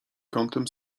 kątem